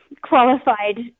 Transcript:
qualified